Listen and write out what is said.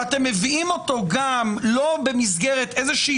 שאתם מביאים אותו גם לא במסגרת איזושהי